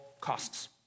costs